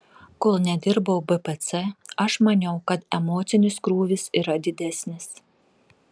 kol nedirbau bpc aš maniau kad emocinis krūvis yra didesnis